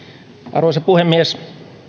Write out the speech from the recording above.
arvoisa puhemies